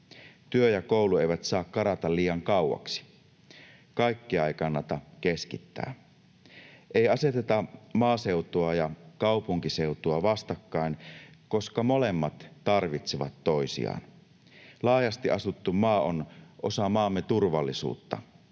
Työ ja koulu eivät saa karata liian kauaksi, kaikkea ei kannata keskittää. Ei aseteta maaseutua ja kaupunkiseutua vastakkain, koska molemmat tarvitsevat toisiaan. Laajasti asuttu maa on osa maamme turvallisuutta.